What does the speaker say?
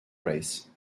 race